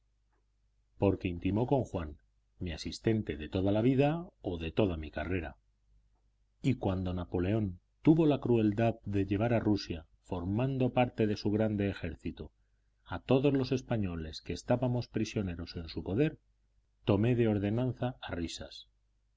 porque intimó con juan mi asistente de toda la vida o de toda mi carrera y cuando napoleón tuvo la crueldad de llevar a rusia formando parte de su grande ejército a todos los españoles que estábamos prisioneros en su poder tomé de ordenanza a risas